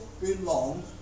belong